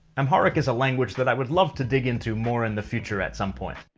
amharic is a language that i would love to dig into more in the future at some point.